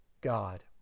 God